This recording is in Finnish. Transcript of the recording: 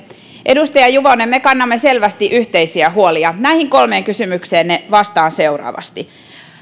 edustaja juvonen me kannamme selvästi yhteisiä huolia näihin kolmeen kysymykseenne vastaan seuraavasti